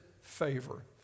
favor